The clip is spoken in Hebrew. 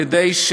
כדי,